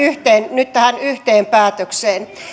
nyt tähän yhteen päätökseen